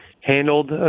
handled